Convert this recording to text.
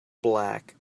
black